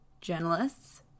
journalists